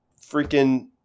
freaking –